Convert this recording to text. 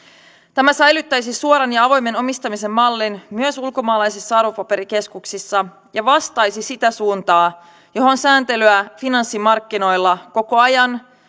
tämä säilyttäisi suoran ja avoimen omistamisen mallin myös ulkomaalaisissa arvopaperikeskuksissa ja vastaisi sitä suuntaa johon sääntelyä finanssimarkkinoilla koko ajan